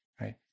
right